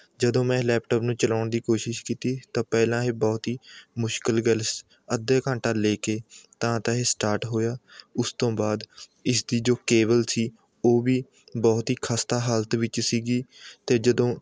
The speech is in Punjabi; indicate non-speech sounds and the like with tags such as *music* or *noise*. ਜਦੋਂ ਮੈਂ ਲੈਪਟੋਪ ਨੂੰ ਚਲਾਉਣ ਦੀ ਕੋਸ਼ਿਸ਼ ਕੀਤੀ ਤਾਂ ਪਹਿਲਾਂ ਇਹ ਬਹੁਤ ਹੀ ਮੁਸ਼ਕਿਲ *unintelligible* ਅੱਧਾ ਘੰਟਾ ਲੈ ਕੇ ਤਾਂ ਤਾਂ ਇਹ ਸਟਾਰਟ ਹੋਇਆ ਉਸ ਤੋਂ ਬਾਅਦ ਇਸਦੀ ਜੋ ਕੇਬਲ ਸੀ ਉਹ ਵੀ ਬਹੁਤ ਹੀ ਖਸਤਾ ਹਾਲਤ ਵਿੱਚ ਸੀ ਅਤੇ ਜਦੋਂ